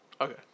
Okay